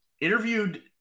interviewed